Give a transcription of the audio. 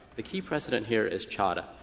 the key precedent here is chadha.